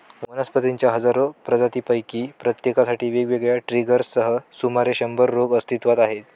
वनस्पतींच्या हजारो प्रजातींपैकी प्रत्येकासाठी वेगवेगळ्या ट्रिगर्ससह सुमारे शंभर रोग अस्तित्वात आहेत